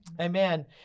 Amen